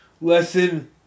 lesson